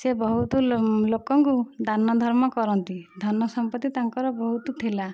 ସେ ବହୁତ ଲୋକଙ୍କୁ ଦାନଧର୍ମ କରନ୍ତି ଧନ ସମ୍ପତ୍ତି ତାଙ୍କର ବହୁତ ଥିଲା